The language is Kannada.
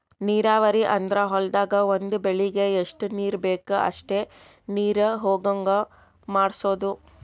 ನೀರಾವರಿ ಅಂದ್ರ ಹೊಲ್ದಾಗ್ ಒಂದ್ ಬೆಳಿಗ್ ಎಷ್ಟ್ ನೀರ್ ಬೇಕ್ ಅಷ್ಟೇ ನೀರ ಹೊಗಾಂಗ್ ಮಾಡ್ಸೋದು